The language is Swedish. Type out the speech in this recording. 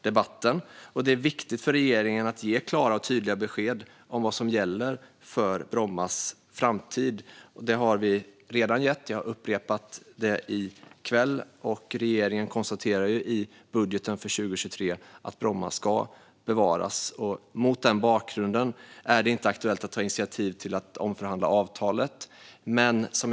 Det är också viktigt för regeringen att ge klara och tydliga besked om vad som gäller för Brommas framtid. Det har vi redan gjort, och jag har upprepat beskeden i kväll. Regeringen konstaterar också i budgeten för 2023 att Bromma ska bevaras. Mot den bakgrunden är det inte aktuellt att ta initiativ till att omförhandla avtalet. Fru talman!